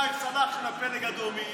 סלאח, של הפלג הדרומי,